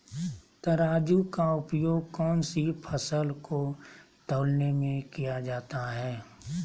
तराजू का उपयोग कौन सी फसल को तौलने में किया जाता है?